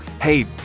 hey